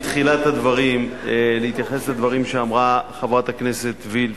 בתחילת הדברים להתייחס לדברים שאמרה חברת הכנסת וילף,